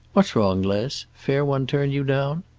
what's wrong, les? fair one turn you down?